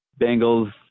Bengals